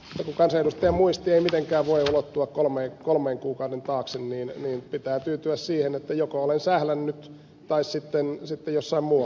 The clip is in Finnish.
mutta kun kansanedustajan muisti ei mitenkään voi ulottua kolmen kuukauden taakse niin pitää tyytyä siihen että joko olen sählännyt tai sitten jossain muualla on sählätty